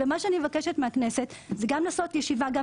ומה שאני מבקשת מהכנסת זה לעשות ישיבה גם